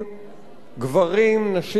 גברים, נשים וילדים,